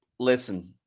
Listen